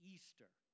Easter